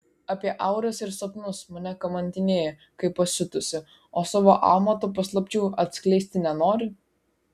apie auras ir sapnus mane kamantinėji kaip pasiutusi o savo amato paslapčių atskleisti nenori